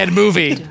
movie